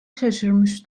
şaşırmış